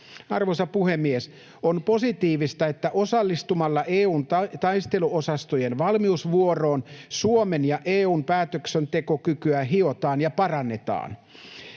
Arvoisa puhemies! On positiivista, että osallistumalla EU:n taisteluosastojen valmiusvuoroon Suomen ja EU:n päätöksentekokykyä hiotaan ja parannetaan.